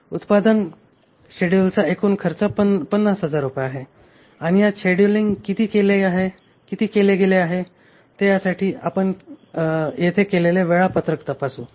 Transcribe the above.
उत्पादन शेड्यूलचा एकूण खर्च ५०००० रुपये आहे आणि यात शेड्यूलिंग किती केले गेले आहे ते यासाठी आपण येथे केलेले वेळापत्रक तपासू